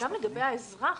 גם לגבי האזרח,